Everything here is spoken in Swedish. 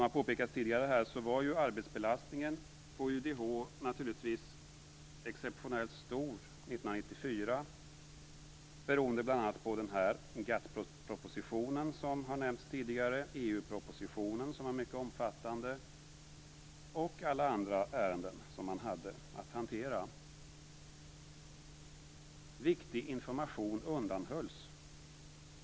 Arbetsbelastningen på UDH var, som har påpekats tidigare, naturligtvis exceptionellt stor 1994, beroende bl.a. på GATT-propositionen, EU-propositionen - som var mycket omfattande - och alla andra ärenden som man hade att hantera. Reservanterna påstår att viktig information undanhölls.